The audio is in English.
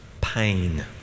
pain